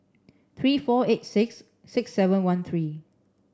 three four eight six six seven one three